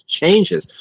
changes